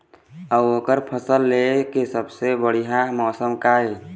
अऊ ओकर फसल लेय के सबसे बढ़िया मौसम का ये?